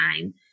time